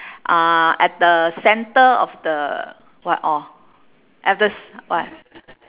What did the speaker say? uh at the centre of the what orh at the what